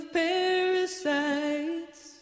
parasites